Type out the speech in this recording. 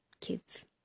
kids